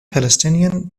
palestinian